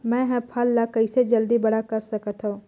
मैं ह फल ला कइसे जल्दी बड़ा कर सकत हव?